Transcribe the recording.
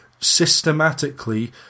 systematically